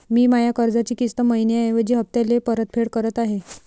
मी माया कर्जाची किस्त मइन्याऐवजी हप्त्याले परतफेड करत आहे